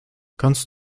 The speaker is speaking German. kannst